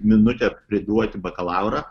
minutę priduoti bakalaurą